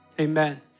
Amen